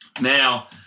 Now